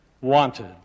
Wanted